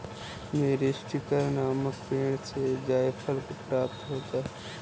मीरीस्टिकर नामक पेड़ से जायफल प्राप्त होता है